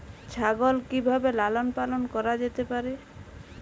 ছাগল কি ভাবে লালন পালন করা যেতে পারে?